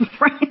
Right